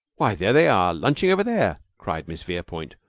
why, there they are lunching over there! cried miss verepoint,